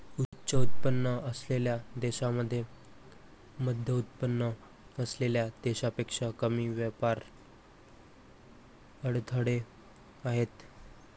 उच्च उत्पन्न असलेल्या देशांमध्ये मध्यमउत्पन्न असलेल्या देशांपेक्षा कमी व्यापार अडथळे आहेत